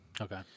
Okay